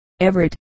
Everett